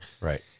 Right